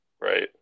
right